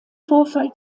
vorfall